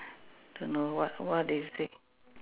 don't know what what is it